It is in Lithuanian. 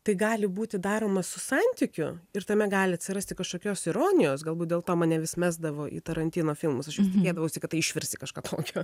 tai gali būti daroma su santykiu ir tame gali atsirasti kažkokios ironijos galbūt dėl to mane vis mesdavo į tarantino filmus aš vis tikėdavausi kad tai išvirs į kažką tokio